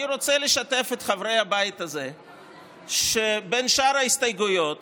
אני רוצה לשתף את חברי הבית הזה ולומר שבין שאר ההסתייגויות